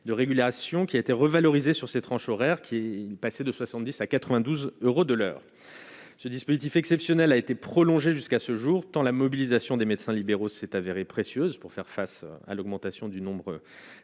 de régulation qui a été revalorisé sur cette tranche horaire qui est passé de 70 à 92 euros de l'heure, ce dispositif exceptionnel a été prolongée jusqu'à ce jour dans la mobilisation des médecins libéraux s'est avérée précieuse pour faire face à l'augmentation du nombre